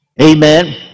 Amen